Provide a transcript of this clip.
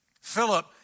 Philip